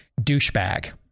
douchebag